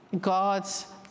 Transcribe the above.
God's